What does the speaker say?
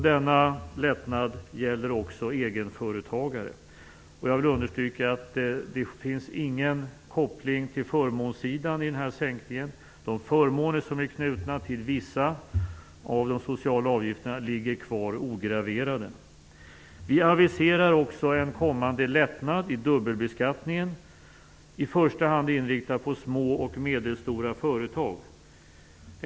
Denna lättnad gäller också egenföretagare. Jag vill understryka att det inte finns någon koppling till förmånssidan i den här sänkningen. De förmåner som är knutna till vissa av de sociala avgifterna ligger kvar ograverade. Vi aviserar också en kommande lättnad i dubbelbeskattningen, i första hand inriktad på små och medelstora företag.